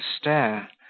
stare